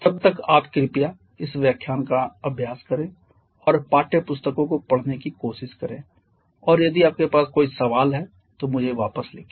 तब तक आप कृपया इस व्याख्यान का अभ्यास करें और पाठ्य पुस्तकों को पढ़ने की कोशिश करें और यदि आपके पास कोई सवाल है तो मुझे वापस लिखें